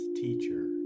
teacher